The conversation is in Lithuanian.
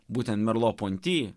būten merlo ponti